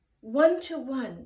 one-to-one